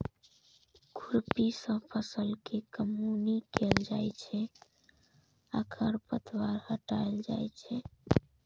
खुरपी सं फसल के कमौनी कैल जाइ छै आ खरपतवार हटाएल जाइ छै